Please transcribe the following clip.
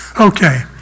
Okay